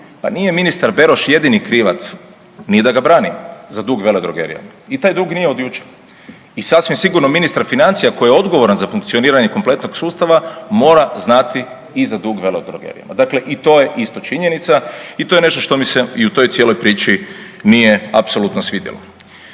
Pa nije ministar Beroš jedini krivac, nije da ga branim za dug veledrogerijama i taj dug nije od jučer i sasvim sigurno ministar financija koji je odgovoran za funkcioniranje kompletnog sustava mora znati i za dug veledrogerijama, dakle i to je isto činjenica i to je nešto što mi se i u toj cijeloj priči nije apsolutno svidjelo.